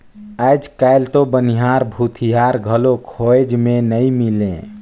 आयज कायल तो बनिहार, भूथियार घलो खोज मे नइ मिलें